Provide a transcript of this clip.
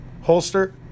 Holster